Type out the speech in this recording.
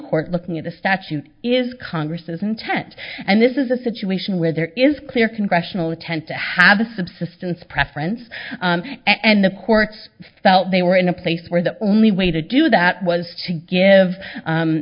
court looking at the statute is congress's intent and this is a situation where there is clear congressional intent to have a subsistence preference and the court felt they were in a place where the only way to do that was to give